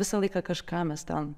visą laiką kažką mes ten